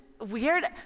weird